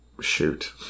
Shoot